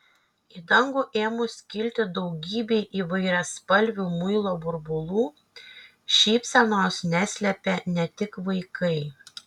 į dangų ėmus kilti daugybei įvairiaspalvių muilo burbulų šypsenos neslėpė ne tik vaikai